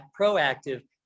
proactive